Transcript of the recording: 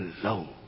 alone